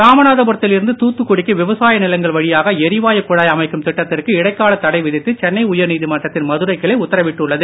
ராமநாதபுரத்தில் இருந்து தூத்துக்குடிக்கு விவசாய நிலங்கள் வழியாக எரிவாயு குழாய் அமைக்கும் திட்டத்திற்கு இடைக்கால தடை விதித்து சென்னை உயர்நீதிமன்றத்தின் மதுரை கிளை உத்தரவிட்டுள்ளது